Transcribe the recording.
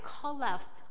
collapsed